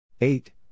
Eight